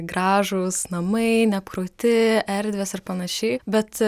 gražūs namai neapkrauti erdvės ir panašiai bet